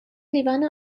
لیوان